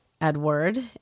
Edward